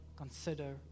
Consider